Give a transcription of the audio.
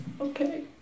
okay